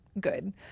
good